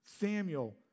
Samuel